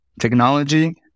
technology